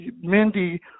mindy